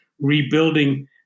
rebuilding